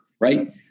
Right